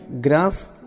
grass